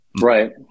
Right